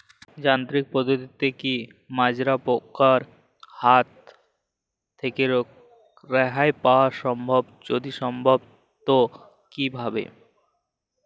যান্ত্রিক পদ্ধতিতে কী মাজরা পোকার হাত থেকে রেহাই পাওয়া সম্ভব যদি সম্ভব তো কী ভাবে?